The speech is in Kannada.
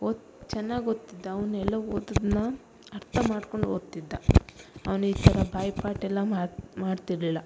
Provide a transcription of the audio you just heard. ಓದಿ ಚೆನ್ನಾಗಿ ಓದುತ್ತಿದ್ದ ಅವ್ನು ಎಲ್ಲ ಓದದನ್ನಾ ಅರ್ಥ ಮಾಡ್ಕೊಂಡು ಓದ್ತಿದ್ದ ಅವ್ನು ಈ ಥರ ಬಾಯ್ಪಾಠ ಎಲ್ಲ ಮಾಡ್ತಿರಲಿಲ್ಲ